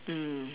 mm